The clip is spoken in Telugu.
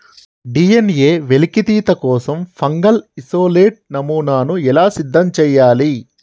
డి.ఎన్.ఎ వెలికితీత కోసం ఫంగల్ ఇసోలేట్ నమూనాను ఎలా సిద్ధం చెయ్యాలి?